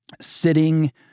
sitting